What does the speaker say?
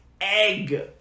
egg